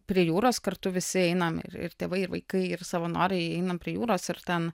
prie jūros kartu visi einam ir ir tėvai ir vaikai ir savanoriai einam prie jūros ir ten